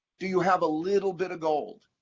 do you have a little bit of gold?